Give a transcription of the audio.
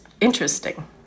interesting